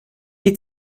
die